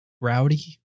rowdy